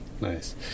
Nice